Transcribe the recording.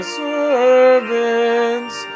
servants